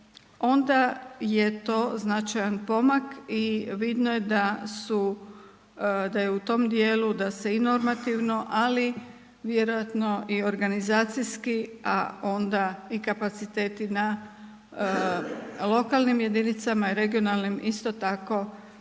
onda je to značajan pomak i vidno je da su, da je u tom dijelu da se i normativno, ali vjerojatno i organizacijski a onda i kapaciteti na lokalnim jedinicama, regionalnim isto tako